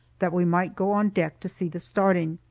that we might go on deck to see the starting.